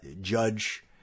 Judge